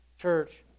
church